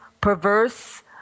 perverse